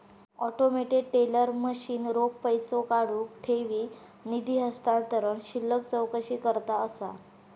automated teller machine रोख पैसो काढुक, ठेवी, निधी हस्तांतरण, शिल्लक चौकशीकरता असा